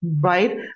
right